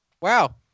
Wow